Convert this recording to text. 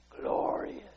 Glorious